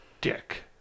Dick